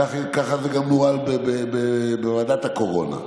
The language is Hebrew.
ככה זה גם בנוהל בוועדת הקורונה.